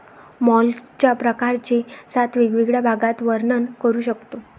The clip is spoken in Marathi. मॉलस्कच्या प्रकारांचे सात वेगवेगळ्या भागात वर्णन करू शकतो